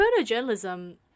photojournalism